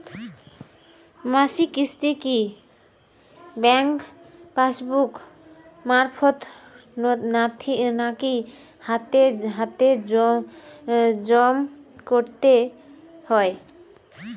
মাসিক কিস্তি কি ব্যাংক পাসবুক মারফত নাকি হাতে হাতেজম করতে হয়?